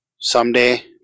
someday